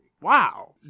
Wow